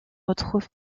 retrouvent